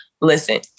Listen